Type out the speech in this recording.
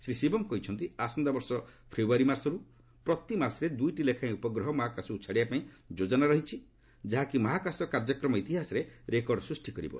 ଶ୍ରୀ ଶିବମ୍ କହିଛନ୍ତି ଆସନ୍ତା ବର୍ଷ ଫେବୃୟାରୀ ମାସରୁ ପ୍ରତି ମାସରେ ଦୁଇଟି ଲେଖାଏଁ ଉପଗ୍ରହ ମହାକାଶକୁ ଛାଡ଼ିବାପାଇଁ ଯୋଜନା ରହିଛି ଯାହାକି ମହାକାଶ କାର୍ଯ୍ୟକ୍ରମ ଇତିହାସରେ ରେକର୍ଡ଼ ସୃଷ୍ଟି କରିବ